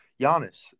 Giannis